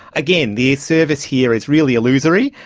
again, the service here is really illusory,